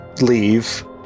leave